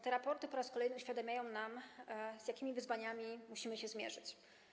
Te raporty po raz kolejny uświadamiają nam, z jakimi wyzwaniami musimy się zmierzyć.